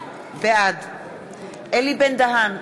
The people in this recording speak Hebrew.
בעד אלי בן-דהן,